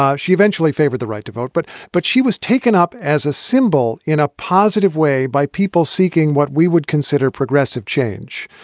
um she eventually favored the right to vote, but but she was taken up as a symbol in a positive way by people seeking what we would consider progressive change.